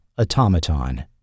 automaton